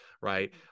right